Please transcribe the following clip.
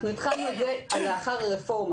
אנחנו התחלנו את זה לאחר הרפורמה